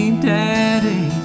Daddy